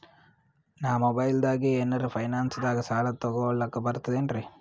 ನಾ ಮೊಬೈಲ್ದಾಗೆ ಏನರ ಫೈನಾನ್ಸದಾಗ ಸಾಲ ತೊಗೊಲಕ ಬರ್ತದೇನ್ರಿ?